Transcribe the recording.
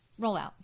rollout